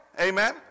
Amen